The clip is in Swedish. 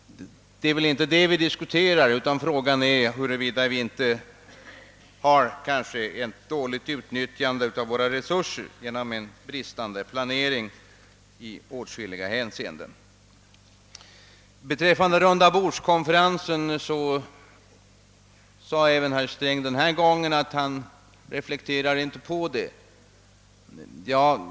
Det är väl inte det vi diskuterar. Frågan är huruvida våra resurser utnyttjas dåligt genom bristande planering i åtskilliga hänseenden. Beträffande rundabordskonferens sade herr Sträng även denna gång att han inte reflekterade på någon sådan.